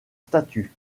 statut